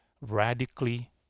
Radically